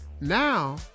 Now